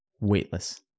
weightless